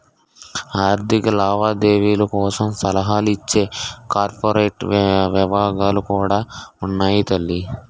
ఆర్థిక లావాదేవీల కోసం సలహాలు ఇచ్చే కార్పొరేట్ విభాగాలు కూడా ఉన్నాయి తల్లీ